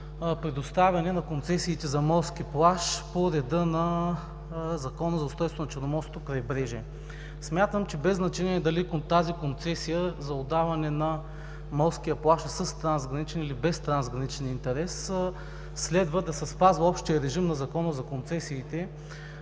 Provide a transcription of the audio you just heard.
предоставяне на концесиите за морски плаж, по реда на Закона за устройството на Черноморското крайбрежие. Смятам, че без значение дали тази Концесия за отдаване на морския плаж е с трансграничен или без трансграничен интерес, следва да се спазва общият режим на Закона за концесиите,